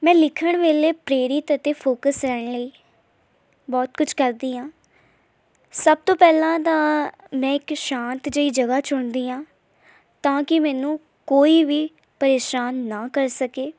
ਮੈਂ ਲਿਖਣ ਵੇਲੇ ਪ੍ਰੇਰਿਤ ਅਤੇ ਫੋਕਸ ਰਹਿਣ ਲਈ ਬਹੁਤ ਕੁਝ ਕਰਦੀ ਹਾਂ ਸਭ ਤੋਂ ਪਹਿਲਾਂ ਤਾਂ ਮੈਂ ਇੱਕ ਸ਼ਾਂਤ ਜਿਹੀ ਜਗ੍ਹਾ ਚੁਣਦੀ ਹਾਂ ਤਾਂ ਕਿ ਮੈਨੂੰ ਕੋਈ ਵੀ ਪਰੇਸ਼ਾਨ ਨਾ ਕਰ ਸਕੇ